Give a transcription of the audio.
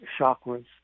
chakras